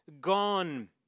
gone